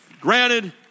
granted